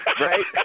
Right